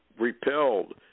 repelled